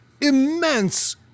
immense